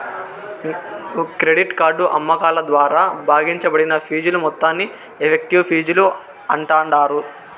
credit card అమ్మకాల ద్వారా భాగించబడిన ఫీజుల మొత్తాన్ని ఎఫెక్టివ్ ఫీజులు అంటాండారు